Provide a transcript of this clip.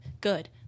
good